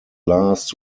last